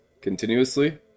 continuously